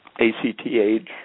ACTH